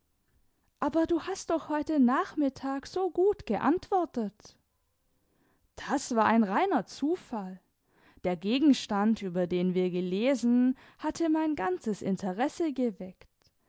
aber du hast doch heute nachmittag so gut geantwortet das war ein reiner zufall der gegenstand über den wir gelesen hatte mein ganzes interesse geweckt